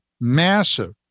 massive